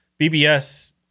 BBS